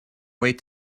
wait